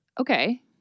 Okay